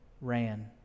ran